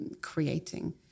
creating